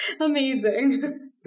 amazing